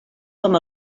com